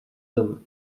hommes